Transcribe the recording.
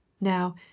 Now